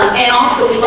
and also